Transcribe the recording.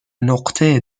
نقطه